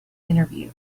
interview